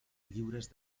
lliures